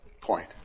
point